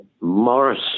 Morris